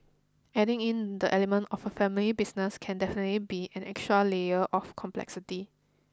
adding in the element of a family business can definitely be an extra layer of complexity